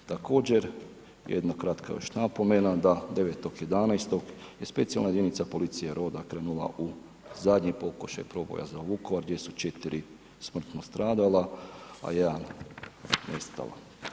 Također jedna kratka još napomena da 9.11. je Specijalna jedinica policije Roda krenula u zadnji pokušaj proboja za Vukovar gdje su 4 smrtno stradala, a 1 nestala.